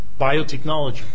biotechnology